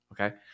Okay